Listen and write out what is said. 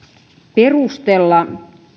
perustella